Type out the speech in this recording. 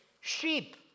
sheep